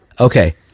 okay